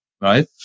right